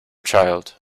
child